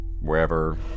wherever